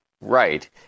right